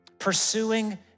Pursuing